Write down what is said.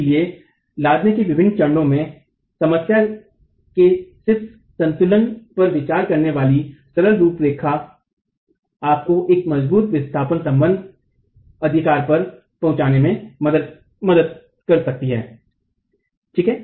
इसलिए लादने के विभिन्न चरणों में समस्या के सिर्फ संतुलन पर विचार करने वाली सरल रूपरेखा आपको एक मजबूर विस्थापन संबंध अधिकार पर पहुंचने में मदद कर सकती है